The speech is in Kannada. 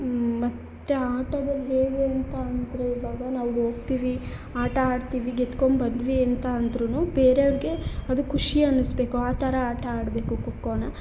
ಮತ್ತು ಆಟದಲ್ಲಿ ಹೇಗೆ ಅಂತ ಅಂದರೆ ಇವಾಗ ನಾವು ಹೋಗ್ತಿವಿ ಆಟ ಆಡ್ತೀವಿ ಗೆದ್ಕೊಂಡ್ಬಂದ್ವಿ ಅಂತ ಅಂದ್ರೂ ಬೇರೆಯವ್ರಿಗೆ ಅದು ಖುಷಿ ಅನಿಸ್ಬೇಕು ಆ ಥರ ಆಟ ಆಡಬೇಕು ಖೋಖೋನ